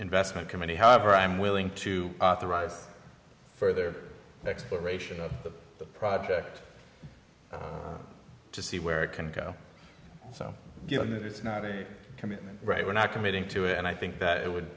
investment committee however i'm willing to authorize further exploration of the project to see where it can go so you know that it's not a commitment right we're not committing to it and i think that it would